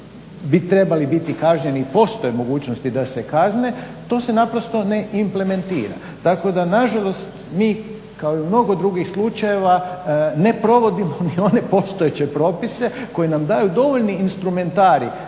bi trebali biti kažnjeni, postoji mogućnost da se kazne, to se naprosto ne implementira. Tako da nažalost mi kao i u mnogo drugih slučajeva ne provodimo ni one postojeće propise koje nam daju dovoljni instrumentarij